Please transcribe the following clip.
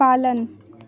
पालन